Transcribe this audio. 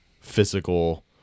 physical